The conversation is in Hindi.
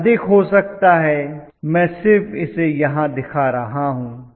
यह अधिक हो सकता है मैं सिर्फ इसे यहां दिखा रहा हूं